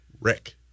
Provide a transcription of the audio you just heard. rick